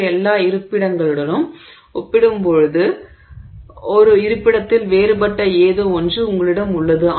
மற்ற எல்லா இருப்பிடங்களுடனும் ஒப்பிடும்போது ஒரு இருப்பிடத்தில் வேறுபட்ட ஏதோ ஒன்று உங்களிடம் உள்ளது